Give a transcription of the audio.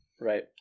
Right